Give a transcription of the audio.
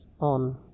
on